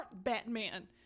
Batman